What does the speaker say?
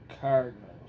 Cardinals